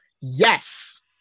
Yes